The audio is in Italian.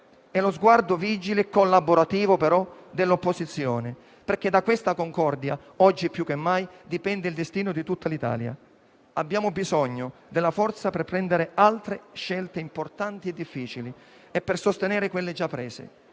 e lo sguardo vigile e però collaborativo dell'opposizione, perché da questa concordia, oggi più che mai, dipende il destino di tutta l'Italia. Abbiamo bisogno della forza per prendere altre scelte importanti e difficili e per sostenere quelle già prese.